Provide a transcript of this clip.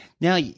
Now